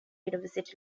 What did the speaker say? university